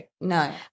No